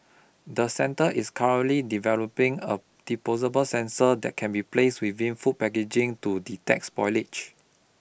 the centre is currently developing a disposable sensor that can be placed within food packaging to detect spoilage